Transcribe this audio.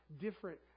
different